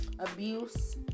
Abuse